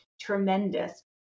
tremendous